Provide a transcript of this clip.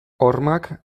hormak